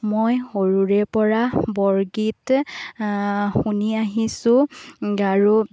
মই সৰুৰে পৰা বৰগীত শুনি আহিছোঁ আৰু